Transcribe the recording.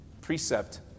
precept